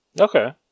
okay